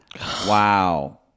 wow